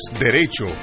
derecho